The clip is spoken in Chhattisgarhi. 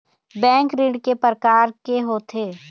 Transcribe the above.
बैंक ऋण के प्रकार के होथे?